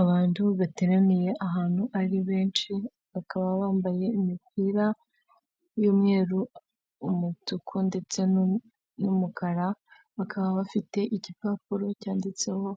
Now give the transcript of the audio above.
Abantu bateraniye ahantu ari benshi bakaba bambaye imipira y'umweru, umutuku ndetse n'umukara bakaba bafite igipapuro cyanditseho